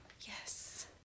Yes